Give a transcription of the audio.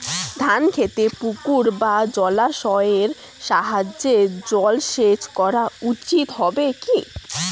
ধান খেতে পুকুর বা জলাশয়ের সাহায্যে জলসেচ করা উচিৎ হবে কি?